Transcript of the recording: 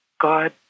God